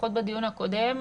לפחות בדיון הקודם,